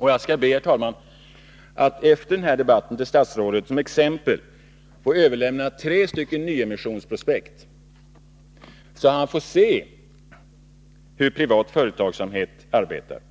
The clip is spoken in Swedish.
Jag skall be att efter denna debatt få överlämna tre exempel på nyemissionsprospekt till statsrådet, så att han får se hur privat företagsamhet arbetar.